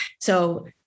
So-